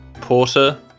Porter